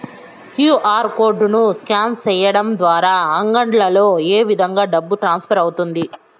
QR code ను scan సేయడం ద్వారా అంగడ్లలో ఏ విధంగా డబ్బు ట్రాన్స్ఫర్ అవుతుంది